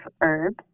herbs